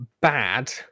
bad